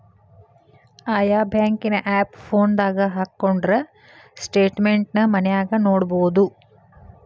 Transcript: ಆಯಾ ಬ್ಯಾಂಕಿನ್ ಆಪ್ ಫೋನದಾಗ ಹಕ್ಕೊಂಡ್ರ ಸ್ಟೆಟ್ಮೆನ್ಟ್ ನ ಮನ್ಯಾಗ ನೊಡ್ಬೊದು